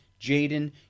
Jaden